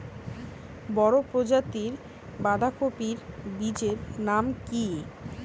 বড় প্রজাতীর বাঁধাকপির বীজের নাম কি?